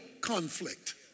conflict